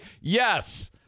yes